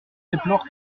déplorent